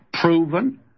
proven